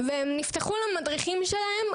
והן נפתחו למדריכים שלהן,